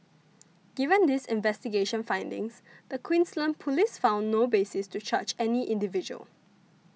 given these investigation findings the Queensland Police found no basis to charge any individual